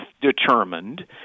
determined